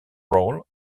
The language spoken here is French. roll